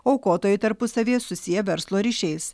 aukotojai tarpusavyje susiję verslo ryšiais